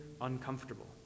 uncomfortable